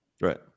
Right